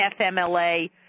FMLA